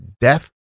death